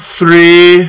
three